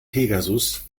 pegasus